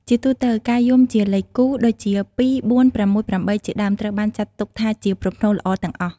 ជាទូទៅ ការយំជាលេខគូ ដូចជា ២, ៤, ៦, ៨ ជាដើម ត្រូវបានចាត់ទុកថាជាប្រផ្នូលល្អទាំងអស់។